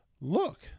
look